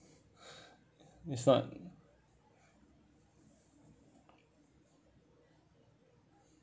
it's not